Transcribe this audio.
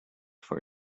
for